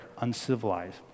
uncivilized